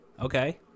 Okay